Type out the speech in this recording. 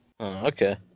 Okay